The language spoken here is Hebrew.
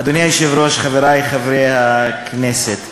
אדוני היושב-ראש, חברי חברי הכנסת,